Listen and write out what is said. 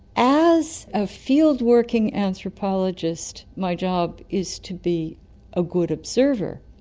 as a field-working anthropologist my job is to be a good observer,